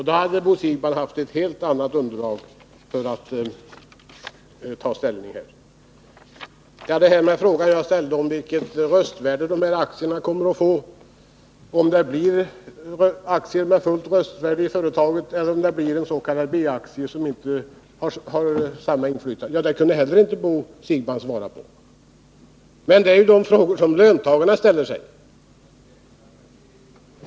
Då hade Bo Siegbahn haft ett helt annat underlag för att ta ställning här. Den fråga jag ställde om vilket röstvärde aktierna kommer att få — om det blir aktier med fullt röstvärde i företaget eller om det blir s.k. B-aktier, som inte ger samma inflytande — kunde Bo Siegbahn inte heller svara på. Men det är ju dessa frågor löntagarna ställer.